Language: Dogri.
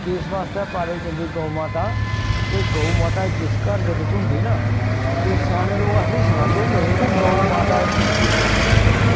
किस आस्तै पाल्ली जंदी गौ माता की गौ माता जिस घर बिच होंदी ना ते स्याने लोक असेंगी सनांदे होंदे हे कि गौ माता